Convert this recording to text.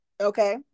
Okay